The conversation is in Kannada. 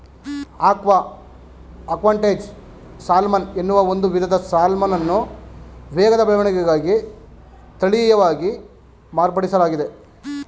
ಆಕ್ವಾ ಅಡ್ವಾಂಟೇಜ್ ಸಾಲ್ಮನ್ ಎನ್ನುವ ಒಂದು ವಿಧದ ಸಾಲ್ಮನನ್ನು ವೇಗದ ಬೆಳವಣಿಗೆಗಾಗಿ ತಳೀಯವಾಗಿ ಮಾರ್ಪಡಿಸ್ಲಾಗಿದೆ